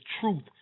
truth